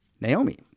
Naomi